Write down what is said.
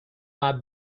might